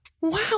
Wow